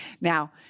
Now